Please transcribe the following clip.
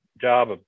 job